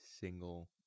single